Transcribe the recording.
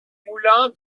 moulin